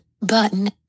button